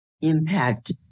impact